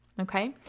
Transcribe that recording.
Okay